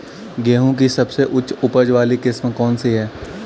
गेहूँ की सबसे उच्च उपज बाली किस्म कौनसी है?